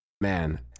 man